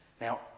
Now